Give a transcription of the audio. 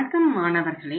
வணக்கம் மாணவர்களே